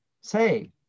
say